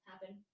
happen